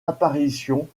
apparition